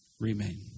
Remain